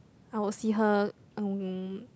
I would see her um